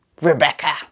Rebecca